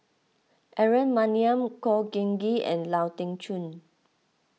Aaron Maniam Khor Ean Ghee and Lau Teng Chuan